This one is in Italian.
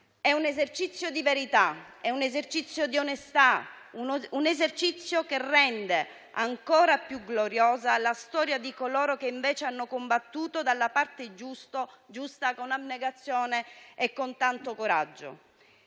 È un esercizio di verità, è un esercizio di onestà, un esercizio che rende ancora più gloriosa la storia di coloro che invece hanno combattuto dalla parte giusta, con abnegazione e con tanto coraggio.